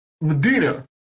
Medina